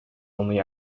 only